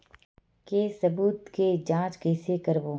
के सबूत के जांच कइसे करबो?